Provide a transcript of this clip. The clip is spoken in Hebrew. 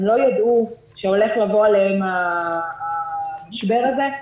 הם לא ידעו שהולך לבוא עליהם המשבר הזה.